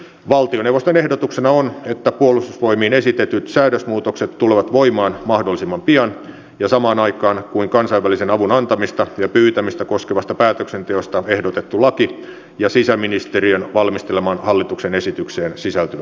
valtioneuvoston ehdotuksena on että puolustusvoimiin esitetyt säädösmuutokset tulevat voimaan mahdollisimman pian ja samaan aikaan kuin kansainvälisen avun antamista ja pyytämistä koskevasta päätöksenteosta ehdotettu laki ja sisäministeriön valmistelemaan hallituksen esitykseen sisältyvät lait